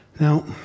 Now